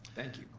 thank you.